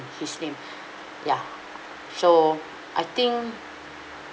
his name ya so I think